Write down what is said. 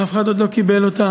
אף אחד עוד לא קיבל אותה.